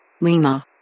Lima